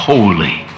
Holy